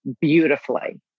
beautifully